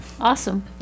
awesome